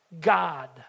God